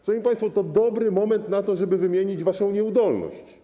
Szanowni Państwo, to dobry moment na to, żeby wspomnieć o waszej nieudolności.